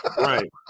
right